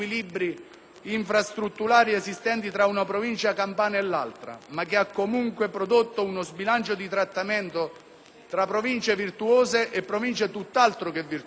infrastrutturali esistenti tra una Provincia campana e l'altra, ma che ha comunque prodotto uno sbilancio di trattamento tra Province virtuose e Province tutt'altro che virtuose.